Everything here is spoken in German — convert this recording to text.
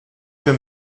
für